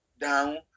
down